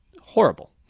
horrible